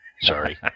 Sorry